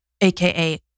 aka